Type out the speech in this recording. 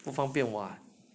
不方便 [what]